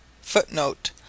Footnote